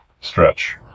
stretch